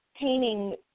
painting